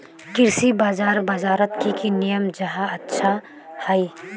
कृषि बाजार बजारोत की की नियम जाहा अच्छा हाई?